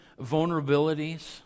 vulnerabilities